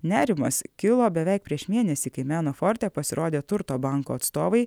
nerimas kilo beveik prieš mėnesį kai meno forte pasirodė turto banko atstovai